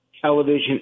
television